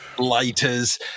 lighters